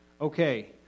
Okay